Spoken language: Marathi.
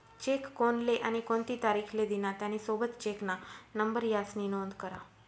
चेक कोनले आणि कोणती तारीख ले दिना, त्यानी सोबत चेकना नंबर यास्नी नोंद करा